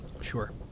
Sure